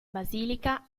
basilica